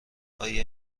آیا